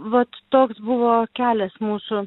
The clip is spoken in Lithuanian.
vat toks buvo kelias mūsų